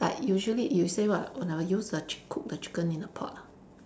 like usually you say what when I use the chick cook the chicken in a pot ah